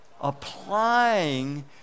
Applying